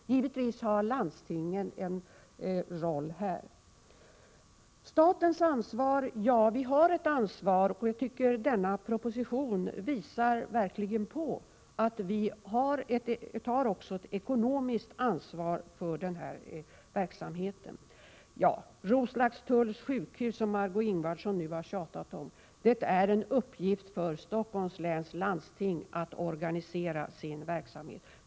Givetvis har landstingen en roll här. Statens ansvar har nämnts. Ja, vi har ett ansvar, och jag tycker att denna proposition verkligen visar att vi också tar ett ekonomiskt ansvar för verksamheten. Roslagstulls sjukhus har Margö Ingvardsson tjatat om. Det är en uppgift för Stockholms läns landsting att organisera sin verksamhet.